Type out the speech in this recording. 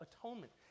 Atonement